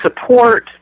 support